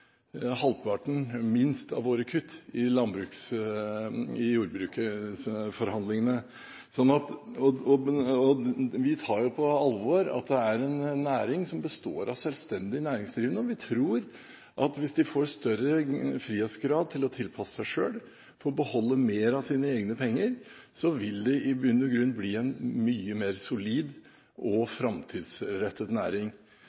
halvparten av våre kutt i jordbruksforhandlingene. Vi tar på alvor at det er en næring som består av selvstendig næringsdrivende, og vi tror at hvis de får større frihetsgrad til å tilpasse seg selv, og får beholde mer av sine egne penger, vil det i bunn og grunn bli en mye mer solid og framtidsrettet næring.